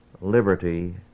liberty